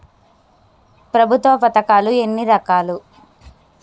ప్రభుత్వ పథకాలు ఎన్ని రకాలు?